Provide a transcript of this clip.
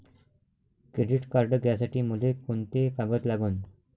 Credit card घ्यासाठी मले कोंते कागद लागन?